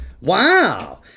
Wow